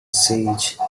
sage